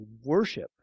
worship